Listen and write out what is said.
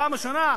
פעם ראשונה.